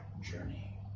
journey